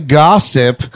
gossip